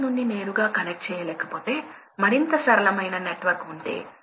load చేయాలి అంటే ఏమిటి ప్రవాహం రేటు అని అర్థం